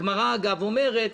הגמרא אגב אומרת